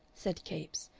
said capes,